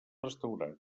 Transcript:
restaurat